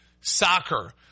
soccer